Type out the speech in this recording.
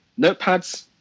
notepads